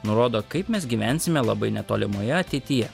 nurodo kaip mes gyvensime labai netolimoje ateityje